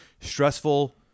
stressful